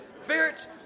ferrets